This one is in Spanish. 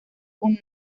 con